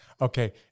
Okay